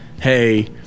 hey